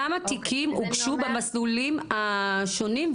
כמה תיקים הוגשו במסלולים השונים,